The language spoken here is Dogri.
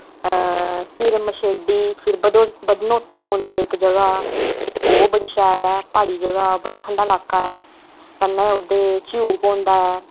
फिर मच्छेडी फिर बधनोता पौंदी इक्क जगह ओह् बड़ी शैल ऐ प्हाड़ी जगह बड़ा ठंडा लाका ऐ कन्नै ओह्दे च झीर पौंदा